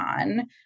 on